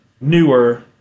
newer